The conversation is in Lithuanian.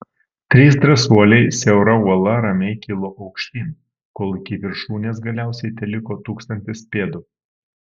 trys drąsuoliai siaura uola ramiai kilo aukštyn kol iki viršūnės galiausiai teliko tūkstantis pėdų